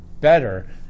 better